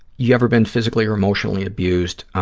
you ever been physically or emotionally abused?